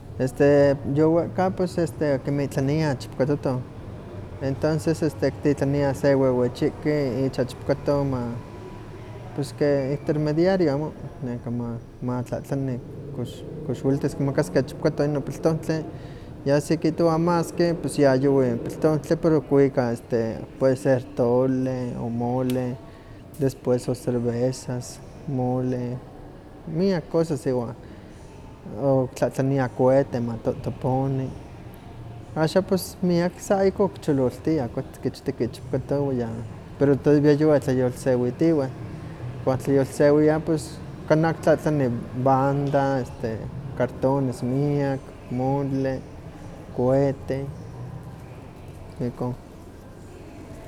Este yokehka este kinmihtlania ichpokatzotzon, entonces este kititlaniah se wewechihki icha ichpokatoh ma pues ke ihtermediario amo, neka ma ma ktlahtlani kox kox welitis kimakaskeh ichpokatoh inon piltontli, ya si kihtowa maski, pues ya yuwi piltontli, pero kwika este puede ser tole o mole, después o cervezas, mole, miak cosas iwan okitlatlaniah kuete maktotoponi. Axa pues miak sa ihkon kichololtiah, kuatzkichteki ichpokata wan ya, pero todavía yuwih tlayolsewitiwih, wan tlayolsewia, kanah kitlahtlani banda, este cartones miak, mole, cuete, ihkon.